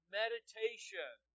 meditation